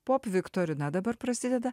pop viktorina dabar prasideda